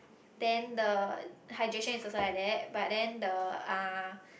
then the hydration is also like that but then the uh